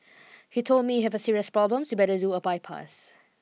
he told me have a serious problems you better do a bypass